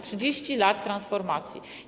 30 lat transformacji.